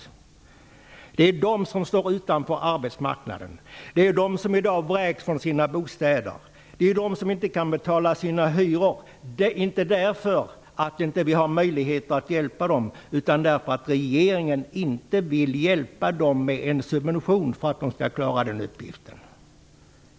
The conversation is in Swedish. De som drabbas härav är de som står utanför arbetsmarknaden, de som i dag vräks från sina bostäder, de som inte kan betala sina hyror -- inte därför att vi inte har möjlighet att hjälpa dem med en subvention för att de skall klara den uppgiften utan därför att regeringen inte vill göra det.